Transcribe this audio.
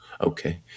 okay